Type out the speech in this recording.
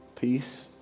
peace